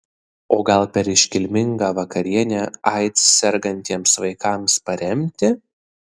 o gal per iškilmingą vakarienę aids sergantiems vaikams paremti